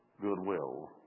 Goodwill